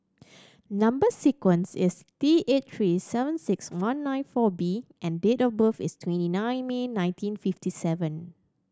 number sequence is T eight three seven six one nine four B and date of birth is twenty nine May nineteen fifty seven